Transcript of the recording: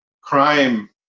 crime